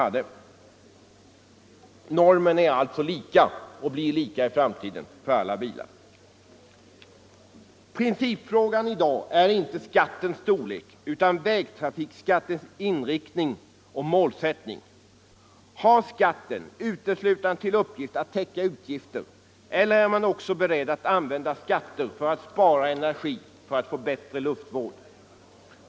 Jag beklagar att jag tar från herr Wikner hans enda argument. Principfrågan i dag är inte vägtrafikskattens storlek utan dess inriktning och målsättning. Har skatten uteslutande till uppgift att täcka utgifter eller är man också beredd att använda den för att spara energi och få bättre luftvård?